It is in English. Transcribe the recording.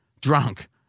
drunk